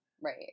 Right